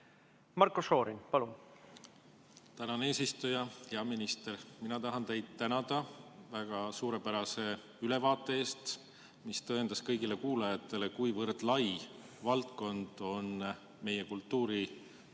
Marko Šorin, palun! Tänan, eesistuja! Hea minister! Mina tahan teid tänada väga suurepärase ülevaate eest, mis näitas kõigile kuulajatele, kui lai valdkond on meie kultuurivaldkond.